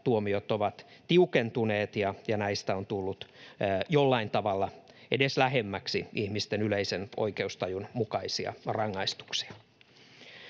tuomiot ovat tiukentuneet ja näistä on tullut jollain tavalla edes lähemmäksi ihmisten yleisen oikeustajun mukaisia rangaistuksia.